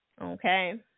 Okay